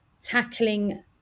tackling